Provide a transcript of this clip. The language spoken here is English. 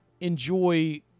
enjoy